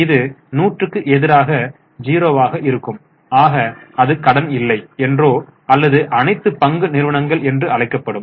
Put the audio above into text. இது 100 க்கு எதிராக 0 ஆக இருக்கும் ஆக அது கடன் இல்லை என்றோ அல்லது அனைத்து பங்கு நிறுவனங்கள் என்று அழைக்கப்படும்